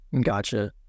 Gotcha